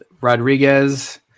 Rodriguez